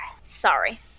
Sorry